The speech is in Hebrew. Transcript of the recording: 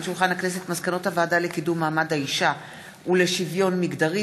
מסקנות הוועדה לקידום מעמד האישה ולשוויון מגדרי